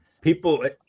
people